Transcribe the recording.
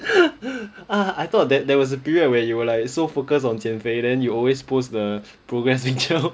I thought that there was a period where you was like so focused on 减肥 then you always post the progress picture